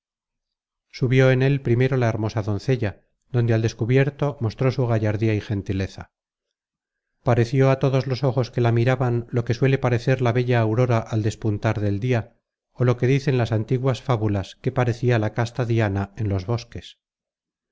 subió en el primero la hermosa doncella donde al descubierto mostró su gallardía y gentileza pareció a todos los ojos que la miraban lo que suele parecer la bella aurora al despuntar del dia ó lo que dicen las antiguas fábulas que parecia la casta diana en los bosques